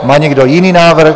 Má někdo jiný návrh?